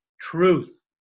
truth